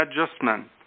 adjustment